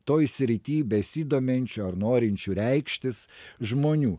toj srity besidominčių ar norinčių reikštis žmonių